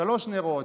שלושה נרות,